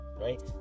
Right